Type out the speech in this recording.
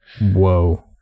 Whoa